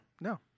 no